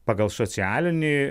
pagal socialinį